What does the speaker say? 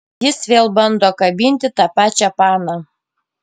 jis vėl bando kabinti tą pačią paną